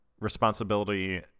responsibility